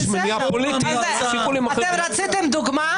רציתם דוגמה?